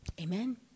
Amen